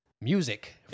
music